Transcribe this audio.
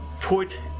put